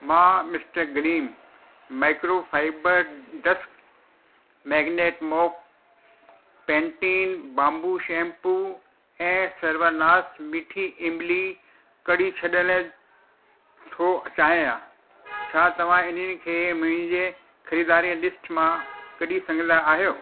मां mister Green microfibre ॾस magnet mop Pantene bamboo shampoo ऐं सर्वनाश मीठी इमली कढी छॾणु थो चाहियां छा तव्हां इनखे मुंहिंजे ख़रीददारीअ लिस्ट मां कढी सघंदा आहियो